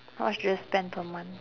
how much do you spend per month